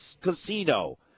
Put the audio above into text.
casino